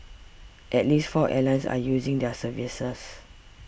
at least four airlines are using their services